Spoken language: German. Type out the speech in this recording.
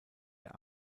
der